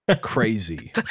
crazy